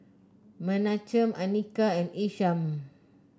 Menachem Anika and Isham